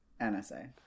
NSA